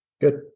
good